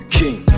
king